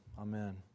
Amen